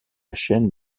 chaîne